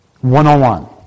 one-on-one